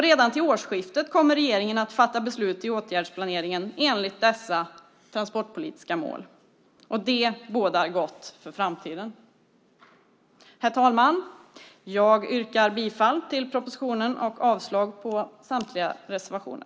Redan till årsskiftet kommer regeringen att fatta beslut i åtgärdsplaneringen enligt dessa transportpolitiska mål. Det bådar gott för framtiden. Herr talman! Jag yrkar bifall till propositionen och avslag på samtliga reservationer.